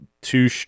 two